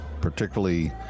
particularly